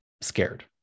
scared